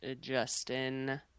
Justin